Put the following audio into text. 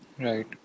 Right